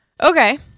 Okay